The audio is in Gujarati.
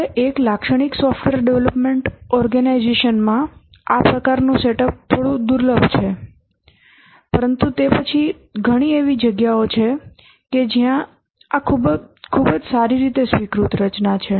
ભલે એક લાક્ષણિક સોફ્ટવેર ડેવલપમેન્ટ ઓર્ગેનાઇઝેશન માં આ પ્રકારનું સેટઅપ થોડું દુર્લભ છે પરંતુ તે પછી ઘણી એવી જગ્યાઓ છે કે જ્યાં આ ખૂબ જ સારી રીતે સ્વીકૃત રચના છે